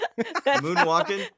Moonwalking